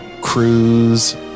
cruise